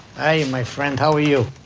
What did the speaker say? i my friend. how are you.